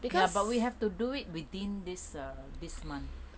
but ya we have to do it within this err this month